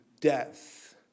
death